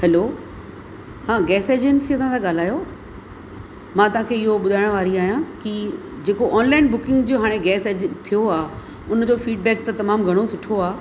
hello हा gas एजेंसीअ था तव्हां ॻाल्हायो मां तव्हां खे इहो ॿुधाइण वारी आहियां कि जेको ऑनलाइन बुकिंग जो हाणे गैस एज थियो आहे उन जो फीडबैक त तमामु घणो सुठो आहे